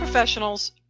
Professionals